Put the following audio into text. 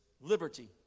liberty